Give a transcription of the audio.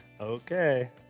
Okay